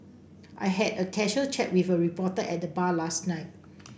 I had a casual chat with a reporter at the bar last night